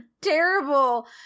terrible